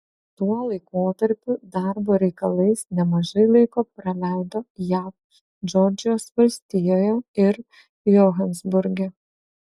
tuo laikotarpiu darbo reikalais nemažai laiko praleido jav džordžijos valstijoje ir johanesburge